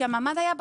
שהממ"ד היה בחוץ,